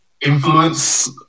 influence